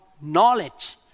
knowledge